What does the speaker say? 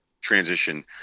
transition